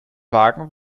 wagen